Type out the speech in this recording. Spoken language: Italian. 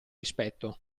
rispetto